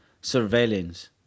surveillance